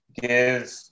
give